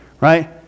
right